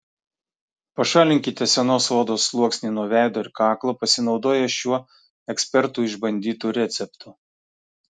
pašalinkite senos odos sluoksnį nuo veido ir kaklo pasinaudoję šiuo ekspertų išbandytu receptu